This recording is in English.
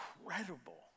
incredible